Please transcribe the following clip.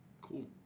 Cool